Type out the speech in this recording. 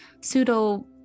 pseudo